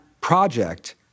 project